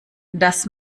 dass